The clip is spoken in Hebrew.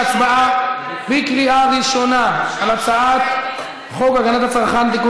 להצבעה בקריאה ראשונה על הצעת חוק הגנת הצרכן (תיקון